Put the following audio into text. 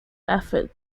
effort